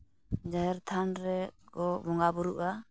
ᱡᱟᱦᱮᱨ ᱛᱷᱟᱱ ᱨᱮᱠᱚ ᱵᱚᱸᱜᱟ ᱵᱳᱨᱳᱜᱼᱟ